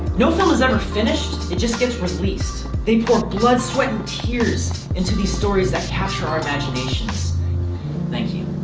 no phil has ever finished it just gets released. they pour blood sweat and tears into these stories that capture our imaginations thank you